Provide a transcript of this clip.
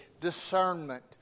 discernment